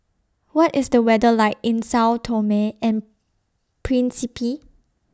What IS The weather like in Sao Tome and Principe